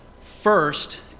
first